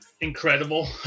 incredible